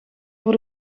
voor